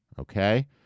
Okay